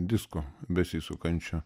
disko besisukančio